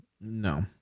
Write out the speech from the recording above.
No